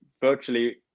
virtually